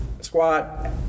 squat